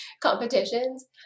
competitions